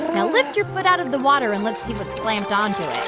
now lift your foot out of the water, and let's see what's clamped onto it